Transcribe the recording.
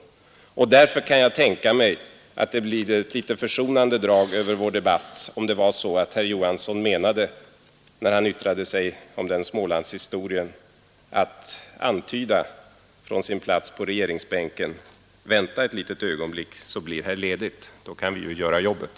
Däremot kan jag tänka mig att det till sist blir ett litet försonande drag över vår debatt, om herr Johansson när han yttrade sig om smålandshistorien avsåg att från sin plats just på regeringsbänken antyda: ”Vänta ett litet ögonblick så blir här ledigt.” Då kan vi ju göra jobbet!